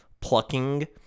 plucking